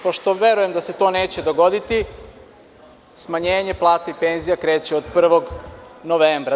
Pošto verujem da se to neće dogoditi, smanjenje plata i penzija kreće od 1. novembra.